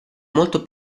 molto